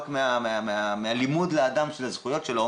לכן הביטוח הלאומי צריכים פה משהו לשנות דווקא בנושא הזה.